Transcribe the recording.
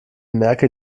merke